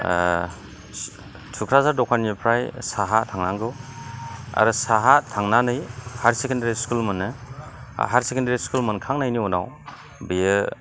थुक्राझार दखाननिफ्राय साहा थांनांगौ आरो साहा थांनानै हायार सेकेन्डारि स्कुल मोनो हायार सेकेन्डारि स्कुल मोनखांनायनि उनाव बेयो